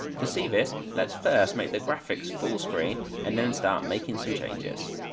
to see this let's first make the graphics full screen and then start making some changes.